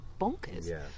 bonkers